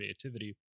creativity